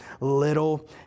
little